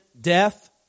death